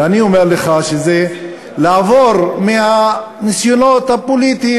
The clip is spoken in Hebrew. ואני אומר לך שזה לעבור מהניסיונות הפוליטיים,